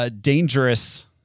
dangerous